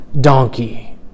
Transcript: donkey